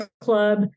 club